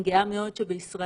אני גאה מאוד שבישראל,